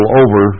over